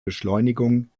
beschleunigung